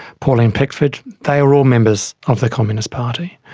pauline pickford, they were all members of the communist party.